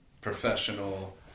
professional